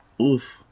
Oof